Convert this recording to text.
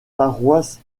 paroisse